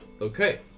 Okay